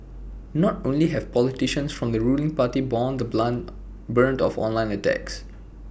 not only have politicians from the ruling party borne the bland brunt of online attacks